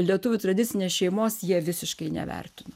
lietuvių tradicinės šeimos jie visiškai nevertino